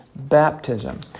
baptism